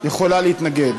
יכולה להתנגד.